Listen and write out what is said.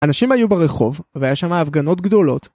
‫אנשים היו ברחוב, ‫והיו שם הפגנות גדולות.